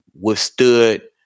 withstood